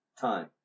time